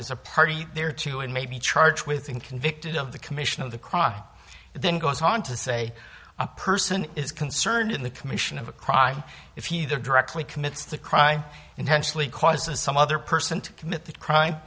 is a party there too and maybe charged with and convicted of the commission of the crime then goes on to say a person is concerned in the commission of a crime if he there directly commits the crime intentionally causes some other person to commit the crime